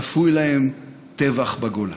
צפוי להם טבח בגולה.